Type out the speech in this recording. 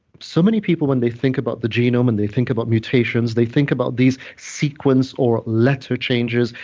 so many people, when they think about the genome and they think about mutations, they think about these sequence or letter changes,